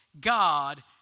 God